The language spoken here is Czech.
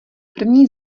první